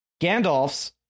Gandalf's